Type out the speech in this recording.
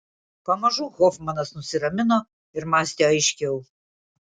pamažu hofmanas nusiramino ir mąstė aiškiau